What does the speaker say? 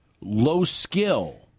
low-skill